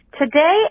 today